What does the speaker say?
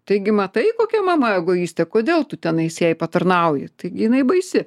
taigi matai kokia mama egoistė kodėl tu tenais jai patarnauji tai jinai baisi